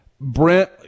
Brent